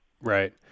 Right